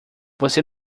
você